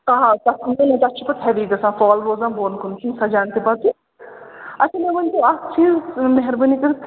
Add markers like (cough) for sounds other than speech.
ہاں ہاں تَتھ (unintelligible) تَتھ چھِ پتہٕ ہیوی گژھان فال روزان بۄن کُن سُہ چھُنہٕ سجان تہِ پَتہٕ اچھا مےٚ ؤنۍتو اَکھ چیٖز مہربٲنی کٔرِتھ